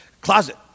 closet